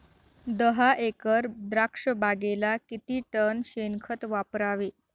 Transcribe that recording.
दहा एकर द्राक्षबागेला किती टन शेणखत वापरावे?